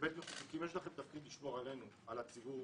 יש לכם תפקיד לשמור עלינו, על הציבור,